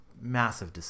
massive